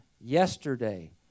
yesterday